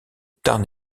tarn